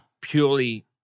purely